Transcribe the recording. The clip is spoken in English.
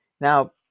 now